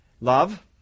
Love